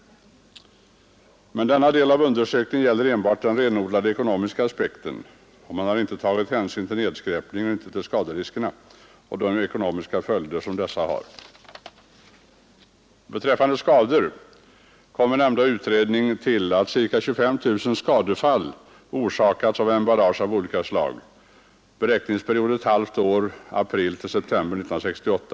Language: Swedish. Men denna del av undersökningen gäller enbart den renodlade ekonomiska aspekten, och man har inte tagit hänsyn till nedskräpningen och inte till skaderiskerna och de ekonomiska följder som dessa har. Beträffande skador kan nämnas att den nämnda utredningen kommer till att ca 25 000 skadefall orsakats av emballage av olika slag. Beräkningsperioden är ett halvt år, april — september 1968.